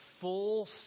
full